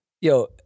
Yo